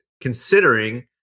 considering